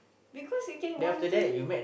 because we get wanting